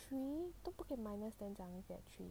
!huh! 都不可以 minus then 怎样 get three